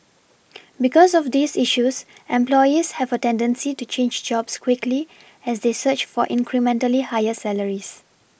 because of these issues employees have a tendency to change jobs quickly as they search for incrementally higher salaries